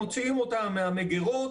מוציאים אותם מהמגרות,